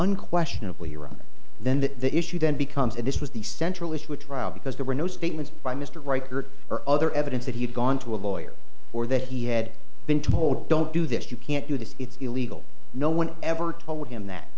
unquestionably running then that the issue then becomes and this was the central issue of trial because there were no statements by mr reichert or other evidence that he had gone to a lawyer or that he had been told don't do this you can't do this it's illegal no one ever told him that